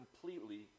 completely